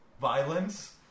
violence